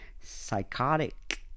psychotic